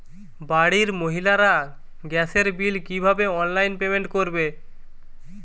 বাড়ির মহিলারা গ্যাসের বিল কি ভাবে অনলাইন পেমেন্ট করবে?